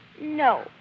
No